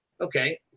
Okay